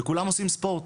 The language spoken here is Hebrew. וכולם עושים ספורט.